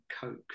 Coke